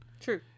True